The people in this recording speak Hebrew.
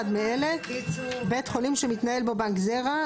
מאלה: (1) בית חולים שמתנהל בו בנק זרע,